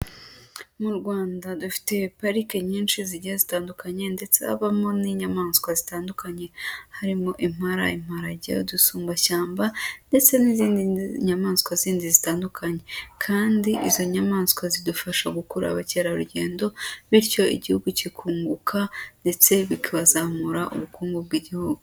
Mu Rwanda dufite parike nyinshi zigiye zitandukanye ndetse habamo n'inyamaswa zitandukanye. Harimo impala, imparage, udusumbashyamba ndetse n'izindi nyamaswa zindi zitandukanye. Kandi izo nyamaswa zidufasha gukurura abakerarugendo bityo Igihugu kikunguka ndetse bikabazamura ubukungu bw'Igihugu.